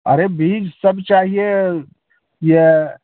अरे बीज सब चाहिए ये